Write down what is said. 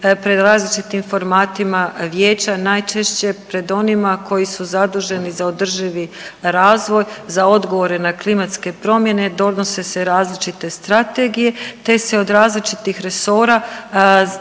pred različitim formatima Vijeća najčešće pred onima koji su zaduženi za održivi razvoj, za odgovor ne klimatske promjene donose se različite strategije te se od različitih resora